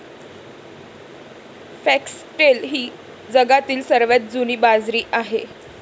foxtail ही जगातील सर्वात जुनी बाजरी आहे